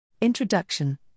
Introduction –